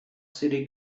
city